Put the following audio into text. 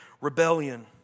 Rebellion